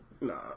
Nah